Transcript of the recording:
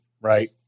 right